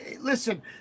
listen